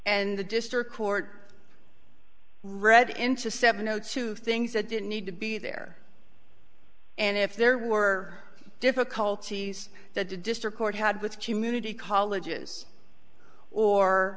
and the district court read into seven o two things that didn't need to be there and if there were difficulties that the district court had with community colleges or